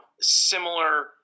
similar